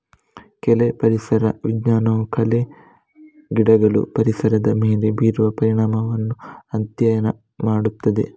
ಕಳೆ ಪರಿಸರ ವಿಜ್ಞಾನವು ಕಳೆ ಗಿಡಗಳು ಪರಿಸರದ ಮೇಲೆ ಬೀರುವ ಪರಿಣಾಮವನ್ನ ಅಧ್ಯಯನ ಮಾಡ್ತದೆ